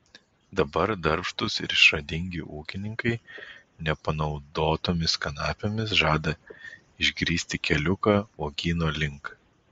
dabar darbštūs ir išradingi ūkininkai nepanaudotomis kanapėmis žada išgrįsti keliuką uogyno link